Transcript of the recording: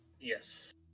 yes